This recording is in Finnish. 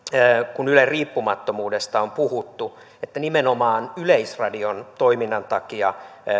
kun ylen riippumattomuudesta on puhuttu niin huolestunut olen siitä että nimenomaan yleisradion toiminnan takia